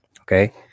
Okay